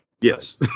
Yes